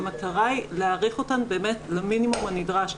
המטרה היא להאריך אותן למינימום הנדרש.